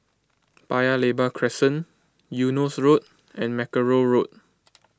Paya Lebar Crescent Eunos Road and Mackerrow Road